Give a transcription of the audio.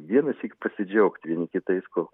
vienąsyk pasidžiaugt vieni kitais kol